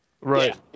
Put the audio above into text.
Right